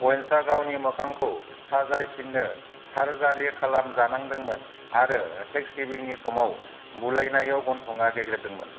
अ'वेन्सआ गावनि मोखांखौ साजायफिननो सार्जारि खालामजानांदोंमोन आरो थेंक्सगिभिंनि समाव बुलायनायाव गन्थङा गेग्रेबदोंमोन